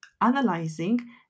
analyzing